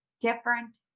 different